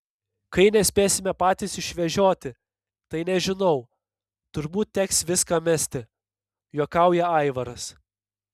kai nespėsime patys išvežioti tai nežinau turbūt teks viską mesti juokauja aivaras